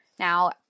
Now